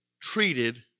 treated